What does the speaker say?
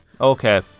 Okay